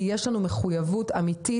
כי יש לנו מחויבות אמיתית,